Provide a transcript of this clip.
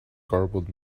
garbled